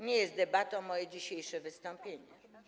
Nie jest debatą moje dzisiejsze wystąpienie.